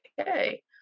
okay